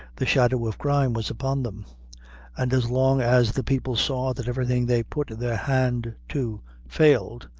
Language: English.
the shadow of crime was upon them and as long as the people saw that everything they put their hand to failed,